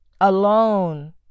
alone